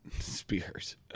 spears